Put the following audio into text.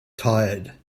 tired